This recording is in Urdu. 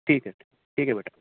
ٹھیک ہے ٹھیک ہے بیٹا